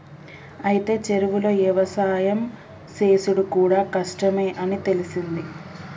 అయితే చెరువులో యవసాయం సేసుడు కూడా కష్టమే అని తెలిసింది